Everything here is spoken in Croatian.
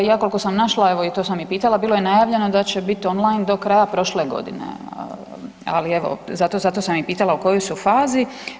Ja koliko sam našla, evo i to sam i pitala, bilo je najavljeno da će biti online do kraja prošle godine, ali evo, zato sam i pitala u kojoj su fazi.